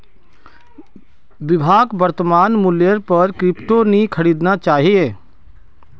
विभाक वर्तमान मूल्येर पर क्रिप्टो नी खरीदना चाहिए